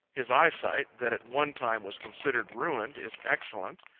his eyesight, that at one time was considered ruined, is excellent.